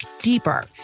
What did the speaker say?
deeper